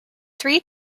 three